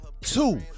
Two